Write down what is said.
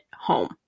home